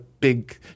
Big